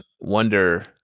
wonder